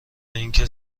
اینکه